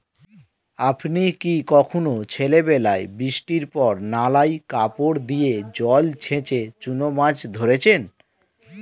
আপনি কি কখনও ছেলেবেলায় বৃষ্টির পর নালায় কাপড় দিয়ে জল ছেঁচে চুনো মাছ ধরেছেন?